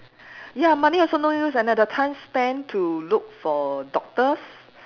ya money also no use and the the time spent to look for doctors